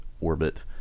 orbit